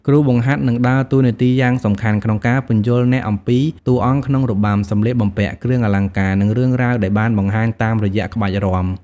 គ្រូបង្ហាត់នឹងដើរតួនាទីយ៉ាងសំខាន់ក្នុងការពន្យល់អ្នកអំពី តួអង្គក្នុងរបាំ សម្លៀកបំពាក់ គ្រឿងអលង្ការ និងរឿងរ៉ាវដែលបានបង្ហាញតាមរយៈក្បាច់រាំ។